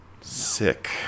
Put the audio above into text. Sick